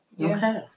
Okay